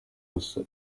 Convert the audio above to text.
maso